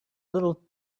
little